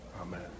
Amen